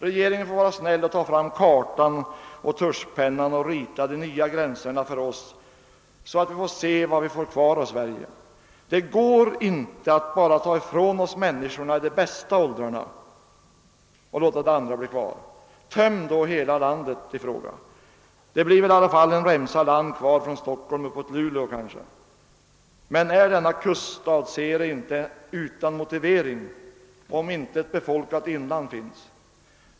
Regeringen får vara snäll att ta fram kartan och med tusch rita de nya gränserna, så att vi får se vad vi får kvar av Sverige. Det går inte att bara ta ifrån oss människorna i de bästa åldrarna. Töm då hela landet! Det blir väl kvar en remsa land från Stockholm upp till Luleå, men är inte denna kuststadsserie utan motivering, om intet befolkat inland finns?